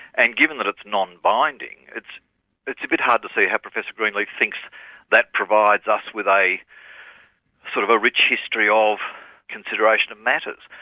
and given that it's non binding, it's it's a bit hard to see how professor greenleaf thinks that provides us with a sort of a rich history of consideration of matters.